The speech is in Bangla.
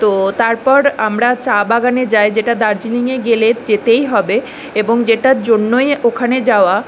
তো তারপর আমরা চা বাগানে যায় যেটা দার্জিলিংয়ে গেলে যেতেই হবে এবং যেটার জন্যই ওখানে যাওয়া